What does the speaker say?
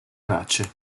tracce